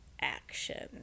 action